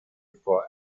for